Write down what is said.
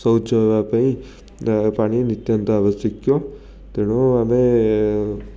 ଶୌଚ ହେବାପାଇଁ ଆ ପାଣି ନିତ୍ୟାନ୍ତ ଆବଶ୍ୟକୀୟ ତେଣୁ ଆମେ